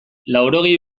laurogei